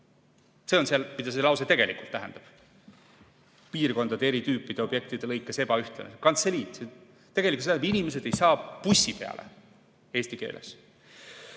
See on see, mida see lause tegelikult tähendab. "Piirkondade ja eri tüüpi objektide lõikes ebaühtlane" – kantseliit. Tegelikult see tähendab seda, et inimesed ei saa bussi peale, eesti keeles